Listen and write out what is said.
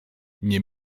nie